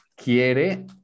quiere